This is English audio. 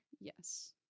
Yes